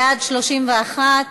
בעד, 31,